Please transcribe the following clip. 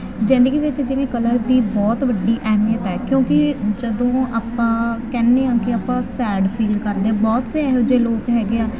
ਜ਼ਿੰਦਗੀ ਵਿੱਚ ਜਿਵੇਂ ਕਲਰ ਦੀ ਬਹੁਤ ਵੱਡੀ ਅਹਿਮੀਅਤ ਹੈ ਕਿਉਂਕਿ ਜਦੋਂ ਆਪਾਂ ਕਹਿੰਦੇ ਹਾਂ ਕਿ ਆਪਾਂ ਸੈਡ ਫੀਲ ਕਰਦੇ ਹਾਂ ਬਹੁਤ ਸੇ ਇਹੋ ਜਿਹੇ ਲੋਕ ਹੈਗੇ ਆ